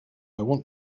want